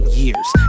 years